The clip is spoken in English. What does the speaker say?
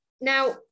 now